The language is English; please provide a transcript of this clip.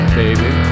baby